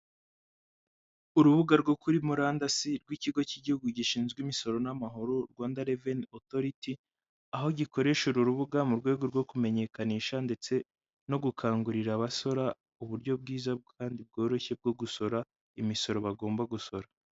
Urubuga rwo kuri murandasi rw'ikigo cy'igihugu gishinzwe imisoro n'amahoro Rwanda Reveni Otoriti, aho gikoresha uru rubuga mu rwego rwo kumenyekanisha ndetse no gukangurira abasora uburyo bwiza kandi bworoshye bwo gusora imisoro bagomba gusora.